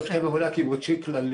ארגון שאין לו הסכם עבודה קיבוצי כללי,